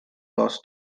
boss